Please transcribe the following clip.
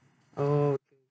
oh